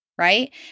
Right